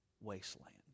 wasteland